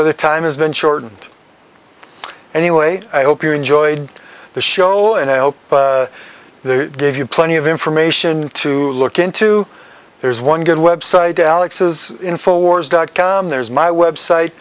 why the time has been shortened anyway i hope you enjoyed the show and i hope the give you plenty of information to look into there is one good website alex is in for wars dot com there's my website